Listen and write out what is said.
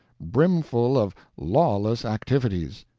brimful of lawless activities.